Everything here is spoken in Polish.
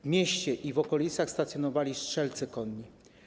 W mieście i w okolicach stacjonowali strzelcy konni.